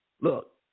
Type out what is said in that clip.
Look